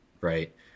right